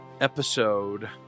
episode